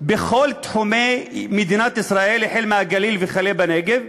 בכל תחומי מדינת ישראל, החל בגליל וכלה בנגב,